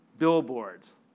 Billboards